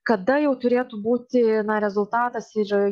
kada jau turėtų būti na rezultatas ir